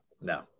No